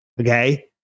Okay